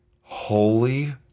Holy